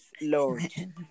Lord